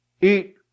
eat